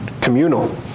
communal